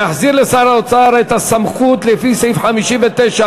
להחזיר לשר האוצר את הסמכות לפי סעיף 59א(א)